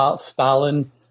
Stalin